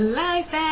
life